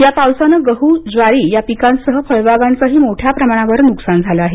या पावसाने गहू ज्वारी या पिकांसह फळबागांचेही मोठ्या प्रमाणावर नुकसान झालं आहे